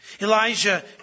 Elijah